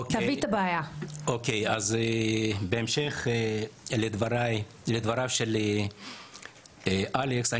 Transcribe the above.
בהמשך לדבריה של אלקס,